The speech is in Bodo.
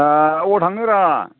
अ बबाव थांनोरा